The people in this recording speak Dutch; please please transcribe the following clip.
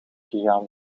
gegaan